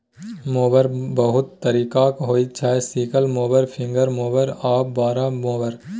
mower बहुत तरीकाक होइ छै सिकल मोबर, फिंगर मोबर आ बार मोबर